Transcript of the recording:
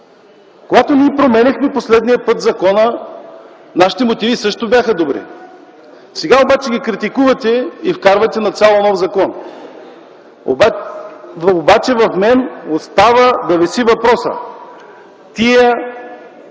Когато ние променяхме последния път закона, нашите мотиви също бяха добри. Сега обаче ги критикувате и вкарвате изцяло нов закон. В мен обаче остава да виси въпросът: